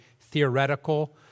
theoretical